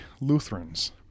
Lutherans